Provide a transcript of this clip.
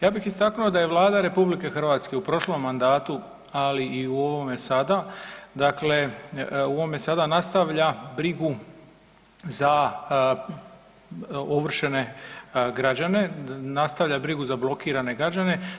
Ja bih istaknuo da je Vlada Republike Hrvatske u prošlom mandatu ali i u ovome sada dakle, u ovome sada nastavlja brigu za ovršene građane, nastavlja brigu za blokirane građane.